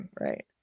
right